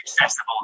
accessible